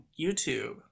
YouTube